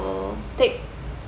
will take